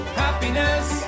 happiness